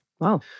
Wow